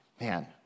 Man